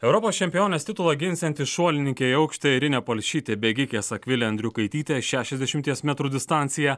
europos čempionės titulą ginsianti šuolininkė į aukštį airinė palšytė bėgikės akvilė andriukaitytė šešiasdešimties metrų distanciją